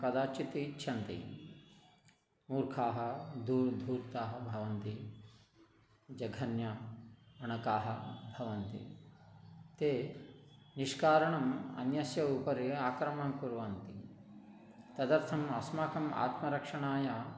कदाचित् इच्छन्ति मूर्खाः दू धूर्ताः भवन्ति जघन्याः मणकाः भवन्ति ते निष्कारणम् अन्यस्य उपरि आक्रमणं कुर्वन्ति तदर्थम् अस्माकं आत्मरक्षणाय